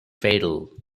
fatal